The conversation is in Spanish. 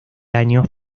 años